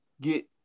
get